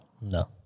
No